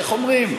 איך אומרים,